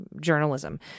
journalism